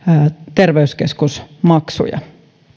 terveyskeskusmaksuja